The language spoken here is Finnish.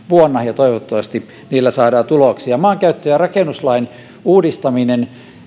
vuonna ja toivottavasti niillä saadaan tuloksia maankäyttö ja rakennuslain uudistaminen